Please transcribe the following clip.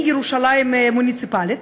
מירושלים המוניציפלית,